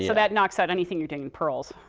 so that knocks out anything you did in pearls.